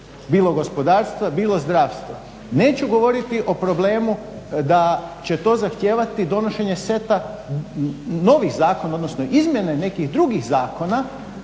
bilo gospodarstva, bilo zdravstva. Neću govoriti o problemu da će to zahtijevati donošenje seta novih zakona odnosno izmjene nekih drugih zakona